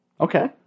Okay